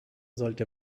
sollte